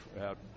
out